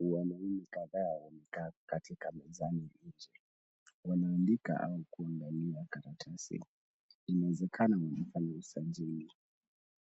Wanaume kadhaa wamekaa katika mezani nje. Wanaandika au kuangalia karatasi. Inawezekana wanafanya usajili.